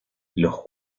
los